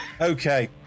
okay